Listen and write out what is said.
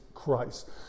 Christ